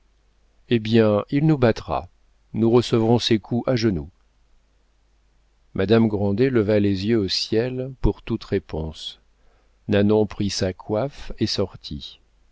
eh bien il nous battra nous recevrons ses coups à genoux madame grandet leva les yeux au ciel pour toute réponse nanon prit sa coiffe et sortit